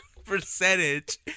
percentage